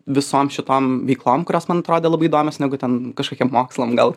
visom šitom veiklom kurios man atrodė labai įdomios negu ten kažkokiem mokslam gal